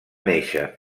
néixer